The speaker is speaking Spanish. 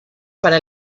para